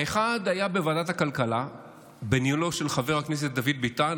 האחד היה בוועדת הכלכלה בניהולו של חבר הכנסת דוד ביטן,